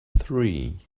three